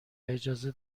اجازه